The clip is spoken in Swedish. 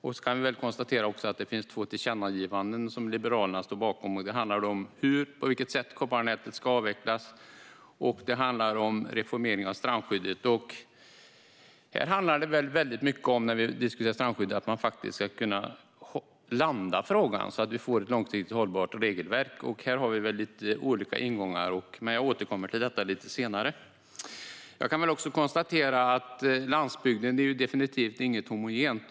Det finns också två tillkännagivanden, som Liberalerna står bakom. De handlar om på vilket sätt kopparnätet ska avvecklas och om reformeringen av strandskyddet. När vi diskuterar strandskyddet handlar det mycket om att kunna landa frågan så att vi får ett långsiktigt hållbart regelverk. Här har vi lite olika ingångar, men jag återkommer till det senare. Landsbygden är definitivt inte homogen.